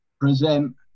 present